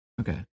Okay